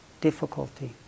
difficulty